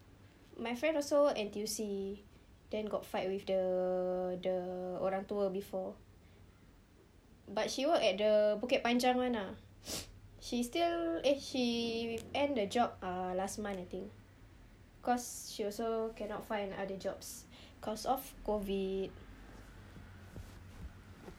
my friend also work N_T_U_C then got fight with the the orang tua before but she worked at the bukit panjang [one] lah she still eh she end the job uh last month I think cause she also cannot find any other jobs cause of COVID